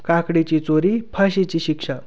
काकडीची चोरी फाशीची शिक्षा